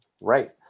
Right